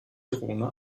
drohne